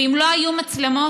ואם לא היו מצלמות,